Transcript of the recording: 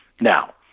Now